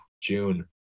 June